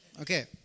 Okay